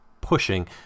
pushing